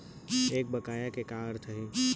एक बकाया के का अर्थ हे?